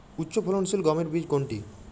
উচ্চফলনশীল গমের বীজ কোনটি?